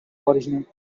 original